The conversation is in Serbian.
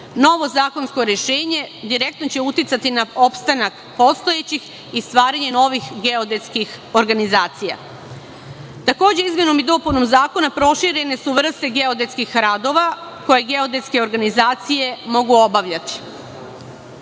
Novo zakonsko rešenje direktno će uticati na opstanak postojećih i stvaranje novih geodetskih organizacija. Takođe, izmenom i dopunom zakona proširene su vrste geodetskih radova koje geodetske organizacije mogu obavljati.